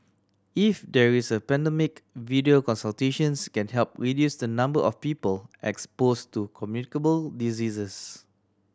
if there is a pandemic video consultations can help reduce the number of people expose to communicable diseases